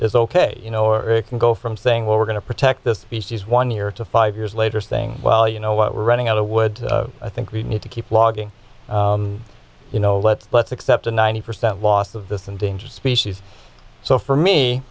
is ok you know or it can go from saying we're going to protect this species one year to five years later saying well you know what we're running out of wood i think we need to keep logging you know let's let's accept a ninety percent loss of this endangered species so for me